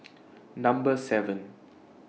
Number seven